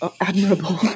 admirable